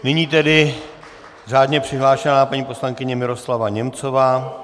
Nyní tedy řádně přihlášená paní poslankyně Miroslava Němcová.